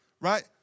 right